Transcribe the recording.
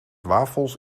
wafels